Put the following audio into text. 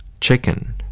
chicken